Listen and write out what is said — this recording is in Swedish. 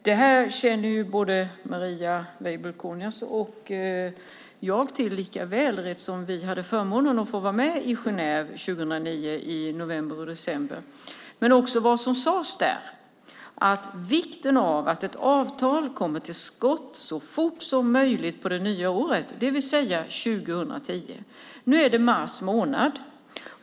Detta känner både Marie Weibull Kornias och jag till eftersom vi hade förmånen att få vara med i Genève i november-december 2009. Men det talades där om vikten av att ett avtal kommer till stånd så fort som möjligt på det nya året, det vill säga 2010. Nu är det mars månad.